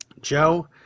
Joe